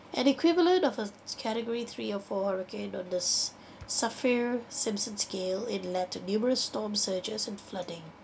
an equivalent of a category three or four hurricane on this saffir-simpson scale in led to numerous storm surges and flooding